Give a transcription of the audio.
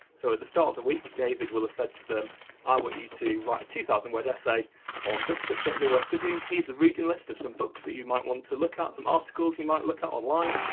so at the start of the week david will have said to them i want you to write a two thousand word essay on this subject that we're studying, here's a reading list of some books that you might want to look at, some articles you might look at online,